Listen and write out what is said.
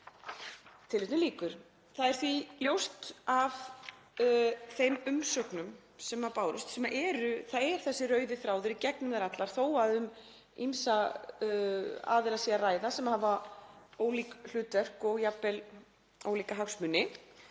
efni þess.“ Það er ljóst af þeim umsögnum sem bárust að það er þessi rauði þráður í gegnum þær allar þó að um ýmsa aðila sé að ræða sem hafa ólík hlutverk og jafnvel ólíka hagsmuni,